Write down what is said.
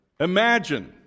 Imagine